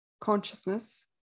consciousness